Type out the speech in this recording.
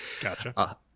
Gotcha